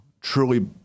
truly